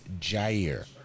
Jair